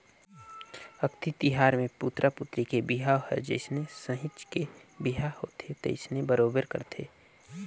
अक्ती तिहार मे पुतरा पुतरी के बिहाव हर जइसे सहिंच के बिहा होवथे तइसने बरोबर करथे